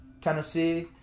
Tennessee